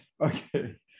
Okay